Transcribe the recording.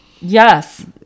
yes